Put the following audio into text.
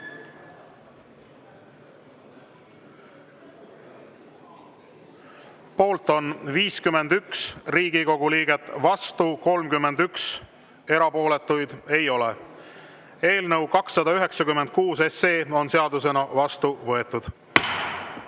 Poolt on 51 Riigikogu liiget, vastu 31, erapooletuid ei ole. Eelnõu 296 on seadusena vastu võetud.